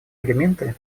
элементы